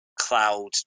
cloud